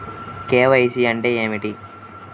KYC అంటే ఏమిటి?